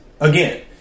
Again